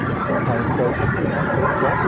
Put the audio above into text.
sometimes shelters do not take